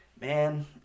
man